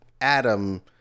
adam